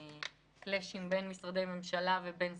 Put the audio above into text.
התנגשויות בין משרדי ממשלה לבין סמכויות?